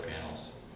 panels